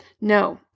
No